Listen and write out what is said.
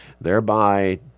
thereby